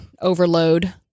overload